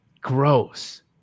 gross